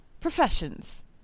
Professions